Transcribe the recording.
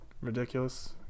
ridiculous